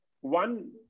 one